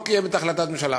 לא קיים את החלטת הממשלה.